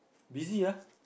busy ah